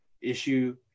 issue